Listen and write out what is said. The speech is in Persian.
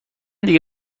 دیگه